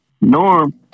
Norm